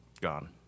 gone